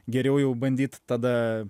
geriau jau bandyt tada